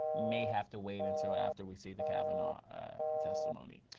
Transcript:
may have to wait until after we see the kavanaugh testimony.